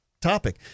topic